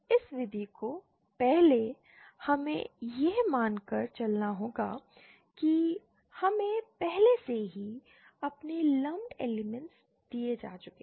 इस विधि को पहले हमें यह मानकर चलना होगा कि हमें पहले से ही अपने लंपड एलिमेंट्स दिए जा चुके हैं